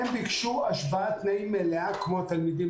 הם ביקשו השוואת תנאים מלאה כמו התלמידים